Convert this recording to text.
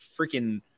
freaking